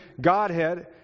Godhead